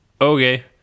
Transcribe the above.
Okay